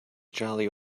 jolly